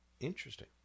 Interesting